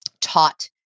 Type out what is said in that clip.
taught